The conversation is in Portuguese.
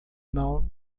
mão